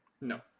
No